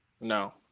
No